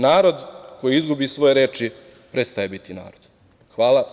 Narod koji izgubi svoje reči, prestaje biti narod.“ Hvala.